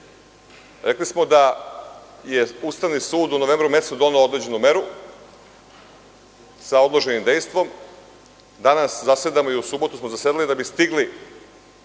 Rekli smo da je Ustavni sud u novembru mesecu doneo određenu meru sa odloženim dejstvom. Danas zasedamo i u subotu smo zasedali da bi stigli